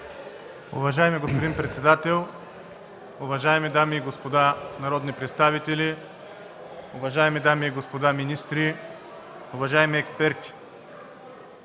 Уважаеми господин председател, уважаеми дами и господа народни представители, уважаеми дами и господа министри, уважаеми експерти!